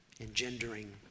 engendering